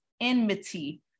enmity